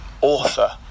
author